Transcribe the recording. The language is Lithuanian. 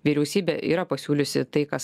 vyriausybė yra pasiūliusi tai kas